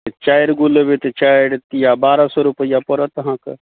चारि गो लेबै तऽ चारि तिआ बारह सए रुपैआ पड़त अहाँकेँ